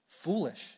foolish